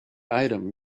item